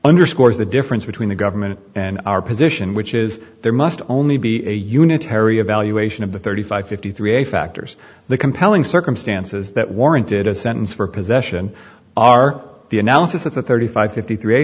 underscores the difference between the government and our position which is there must only be a unitary evaluation of the thirty five fifty three factors the compelling circumstances that warranted a sentence for possession are the analysis of the thirty five fifty three